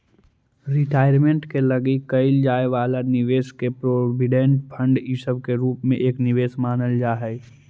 retirement के लगी कईल जाए वाला निवेश के प्रोविडेंट फंड इ सब के रूप में एक निवेश मानल जा हई